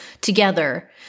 together